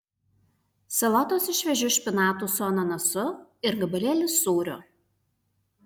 salotos iš šviežių špinatų su ananasu ir gabalėlis sūrio